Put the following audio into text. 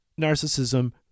narcissism